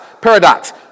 paradox